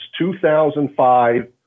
2005